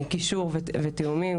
קישור ותיאומים,